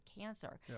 cancer